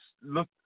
look